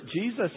Jesus